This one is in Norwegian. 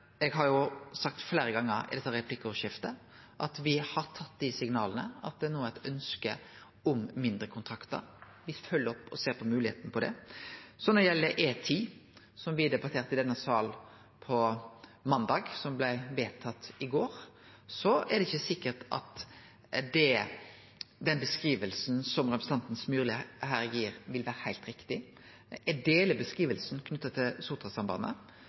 eg har sagt fleire gonger i dette replikkordskiftet at me har tatt signala om at det no er eit ønske om mindre kontraktar. Me følgjer opp og ser på moglegheita for det. Når det gjeld E10, som me debatterte i denne saka på måndag, og som blei vedtatt i går, er det ikkje sikkert at den beskrivinga som representanten Myrli her gir, vil vere heilt riktig. Eg deler beskrivinga knytt til Sotrasambandet